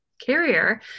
carrier